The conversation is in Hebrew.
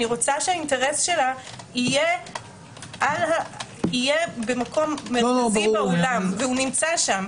שהאינטרס שלה יהיה במקום מרכזי באולם והוא נמצא שם.